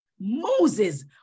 Moses